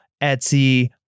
Etsy